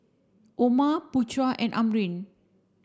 Omar Putra and Amrin